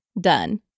done